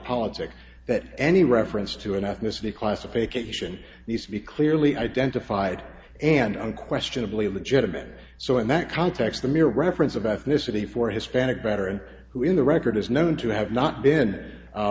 politic that any reference to an ethnicity classification needs to be clearly identified and unquestionably legitimate so in that context the mere reference of ethnicity for hispanic better and who in the record is known to have not been a